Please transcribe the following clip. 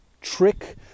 trick